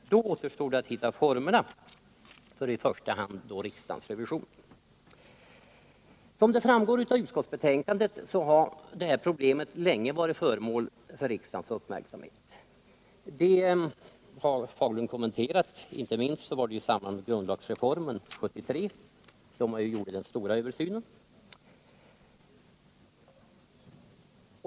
Sedan återstår att hitta formerna för i första hand riksdagens revision. Såsom framgår av utskottsbetänkandet har detta problem länge varit föremål för riksdagens uppmärksamhet, och det har herr Fagerlund kommenterat. Frågan togs upp inte minst i samband med grundlagsreformen 1973, då man gjorde den stora översynen.